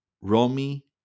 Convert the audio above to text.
Romy